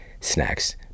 snacks